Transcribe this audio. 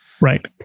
Right